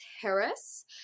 Harris